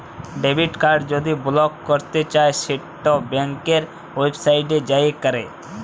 debit card যদি block ক্যরতে চাই সেট ব্যাংকের ওয়েবসাইটে যাঁয়ে ক্যর